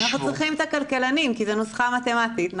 אנחנו צריכים את הכלכלנים כי זו נוסחה מתמטית.